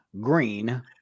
green